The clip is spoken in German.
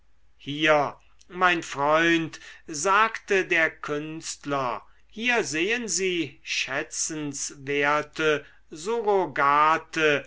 hier mein freund sagte der künstler hier sehen sie schätzenswerte